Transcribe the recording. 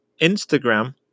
Instagram